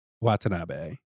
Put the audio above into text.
Watanabe